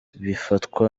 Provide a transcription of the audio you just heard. bifatwa